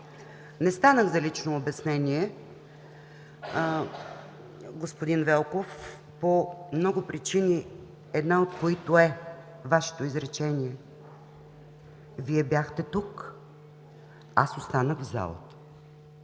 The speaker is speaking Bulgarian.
Не станах за лично обяснение, господин Велков, по много причини, една от които е Вашето изречение – Вие бяхте тук, аз останах в зала.